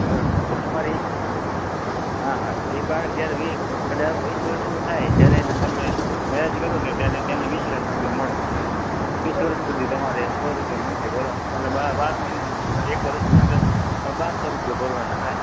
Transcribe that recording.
બરોબર તો તમારી હા હા એ બાળક જ્યારે વી અઢાર વીસ વર્ષનું થાય જ્યારે એનું તમે મેરેજ કરો ત્યારે તેને વીસ લાખ રૂપિયા મળે પણ વીસ વર્ષ સુધી તમારે સો રૂપિયા મંથલી ભરવાના એટલે બાર મહિનાના તમારે એક વર્ષની અંદર બારસો રૂપિયા ભરવાના થાય